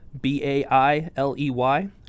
B-A-I-L-E-Y